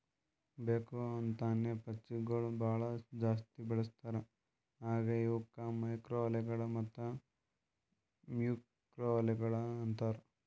ಬೇಕ್ ಅಂತೇನೆ ಪಾಚಿಗೊಳ್ ಭಾಳ ಜಾಸ್ತಿ ಬೆಳಸ್ತಾರ್ ಹಾಂಗೆ ಇವುಕ್ ಮೈಕ್ರೊಅಲ್ಗೇಗಳ ಮತ್ತ್ ಮ್ಯಾಕ್ರೋಲ್ಗೆಗಳು ಅಂತಾರ್